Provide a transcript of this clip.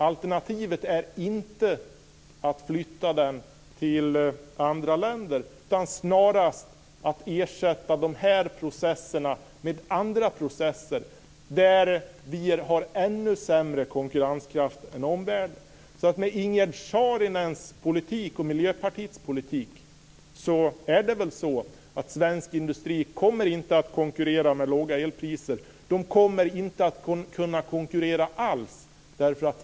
Alternativet är inte att flytta den till andra länder, utan snarare att ersätta dessa processer med andra processer där vi har ännu sämre konkurrenskraft än omvärlden. Med Ingegerd Saarinens och Miljöpartiets politik kommer svensk industri inte att konkurrera med låga elpriser, dvs. den kommer inte att kunna konkurrera alls.